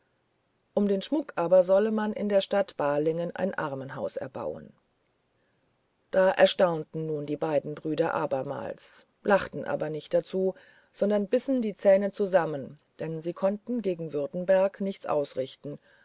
um den schmuck aber solle man in der stadt balingen ein armenhaus erbauen da erstaunten nun die brüder abermals lachten aber nicht dazu sondern bissen die zähne zusammen denn sie konnten gegen württemberg nichts ausrichten